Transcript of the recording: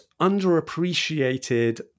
underappreciated